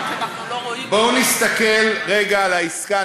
רק שאנחנו לא רואים אותה בואו נסתכל רגע על העסקה.